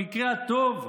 במקרה הטוב,